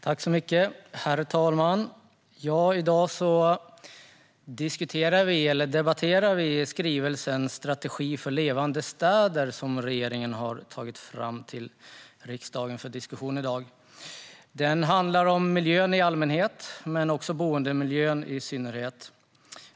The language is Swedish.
Herr talman! I dag ska vi debattera skrivelsen Strategi för Levande städer - politik för en hållbar stadsutveckling , som regeringen har tagit fram för diskussion i riksdagen. Den handlar om miljön i allmänhet och boendemiljön i synnerhet.